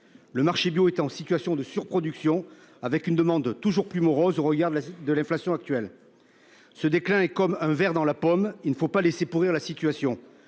Le marché bio est en situation de surproduction avec une demande toujours plus morose au regard de la de l'inflation actuelle. Ce déclin comme un ver dans la pomme, il ne faut pas laisser pourrir la situation.